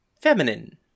feminine